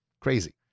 crazy